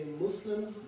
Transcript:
Muslims